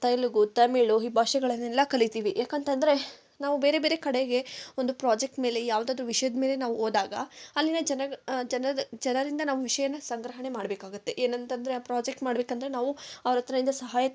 ತೆಲುಗು ತಮಿಳು ಹಿ ಭಾಷೆಗಳನ್ನೆಲ್ಲ ಕಲಿತೀವಿ ಯಾಕೆಂತಂದ್ರೆ ನಾವು ಬೇರೆ ಬೇರೆ ಕಡೆಗೆ ಒಂದು ಪ್ರಾಜೆಕ್ಟ್ ಮೇಲೆ ಯಾವುದಾದ್ರು ವಿಷ್ಯದ ಮೇಲೆ ನಾವು ಹೋದಾಗ ಅಲ್ಲಿನ ಜನಗ ಜನರ ಜನರಿಂದ ನಾವು ವಿಷಯನ ಸಂಗ್ರಹಣೆ ಮಾಡಬೇಕಾಗುತ್ತೆ ಏನಂತಂದ್ರೆ ಆ ಪ್ರಾಜೆಕ್ಟ್ ಮಾಡ್ಬೇಕಂದ್ರೆ ನಾವು ಅವ್ರತ್ರದಿಂದ ಸಹಾಯ